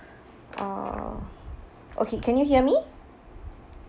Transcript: uh okay can you hear me